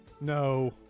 No